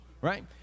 right